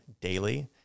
daily